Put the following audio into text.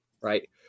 right